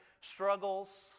struggles